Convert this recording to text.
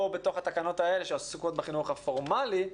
בתוך התקנות האלה שעוסקות בחינוך הפורמלי.